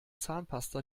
zahnpasta